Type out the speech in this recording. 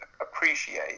appreciate